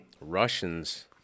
Russians